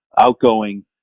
outgoing